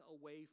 away